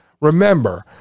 Remember